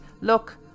Look